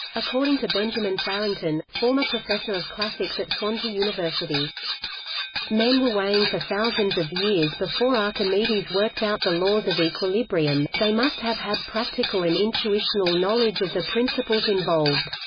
according to benjamin farrington, former professor of classics at swansea university men were weighing for thousands of years before archimedes worked out the laws of equilibrium they must have had practical and intuitional knowledge of the principles involved.